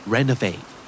Renovate